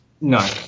No